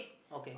okay